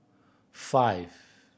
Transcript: five